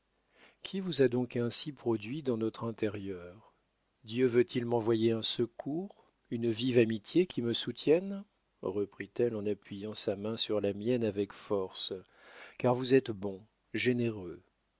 qui vous a donc ainsi produit dans notre intérieur dieu veut-il m'envoyer un secours une vive amitié qui me soutienne reprit-elle en appuyant sa main sur la mienne avec force car vous êtes bon généreux